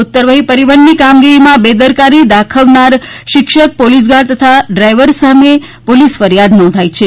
ઉતરવફી પરિવહનની કામગીરીમાં બેદરકારી દાખવનાર શિક્ષણ પોલીસ ગાર્ડ તથા ડ્રાઇવરો સામે પોલીસ ફરીયાદ નોંધાઇ છે